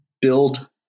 build